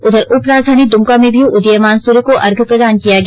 उधर उपराजधानी दुमका में भी उदीयमान सूर्य को अर्घ्य प्रदान किया गया